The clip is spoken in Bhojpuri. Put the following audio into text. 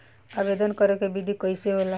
आवेदन करे के विधि कइसे होला?